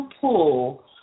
pull